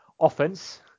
offense